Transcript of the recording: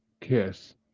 kiss